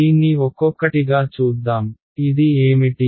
దీన్ని ఒక్కొక్కటిగా చూద్దాం ఇది ఏమిటి